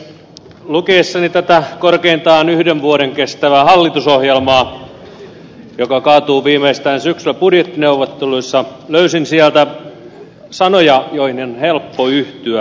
lukiessani tätä korkeintaan yhden vuoden kestävää hallitusohjelmaa joka kaatuu viimeistään syksyllä budjettineuvotteluissa löysin sieltä sanoja joihin on helppo yhtyä